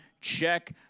Check